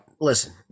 listen